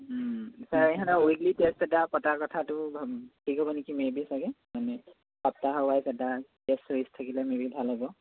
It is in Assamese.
ছাৰ ইহঁতৰ উইকলি টেষ্ট এটা পতাৰ কথাটো ঠিক হ'ব নেকি মেই বি চাগে মানে সপ্তাহ ৱাইজ এটা টেষ্ট চিৰিজ থাকিলে মেই বি ভাল হ'ব